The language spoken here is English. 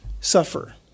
Suffer